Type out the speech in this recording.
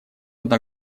одна